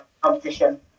competition